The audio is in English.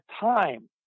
time